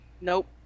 Nope